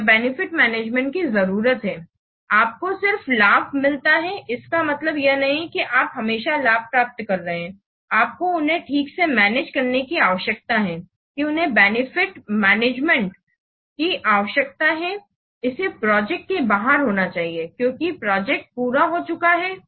यह benefit management की जरूरत है आपको सिर्फ लाभ मिलता है इसका मतलब यह नहीं है कि आप हमेशा लाभ प्राप्त कर रहे हैं आपको उन्हें ठीक से मैनेज करने की आवश्यकता है कि उन्हें बेनिफिट मैनेजमेंट की आवश्यकता है इसे प्रोजेक्ट के बाहर होना चाहिए क्योकि प्रोजेक्ट पूरा हो चुका होगा